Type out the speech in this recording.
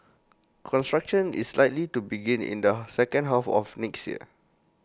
construction is likely to begin in the second half of next year